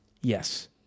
Yes